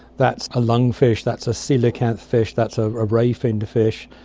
that's a lungfish, that's a coelacanth fish, that's ah a ray-finned fish,